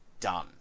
Done